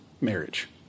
marriage